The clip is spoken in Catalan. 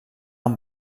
amb